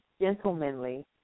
gentlemanly